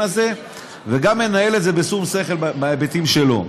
הזה וגם מנהל את זה בשום שכל בהיבטים שלו.